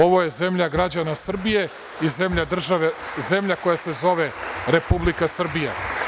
Ovo je zemlja građana Srbije i zemlja koja se zove Republika Srbija.